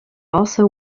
also